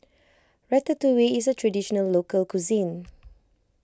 Ratatouille is a Traditional Local Cuisine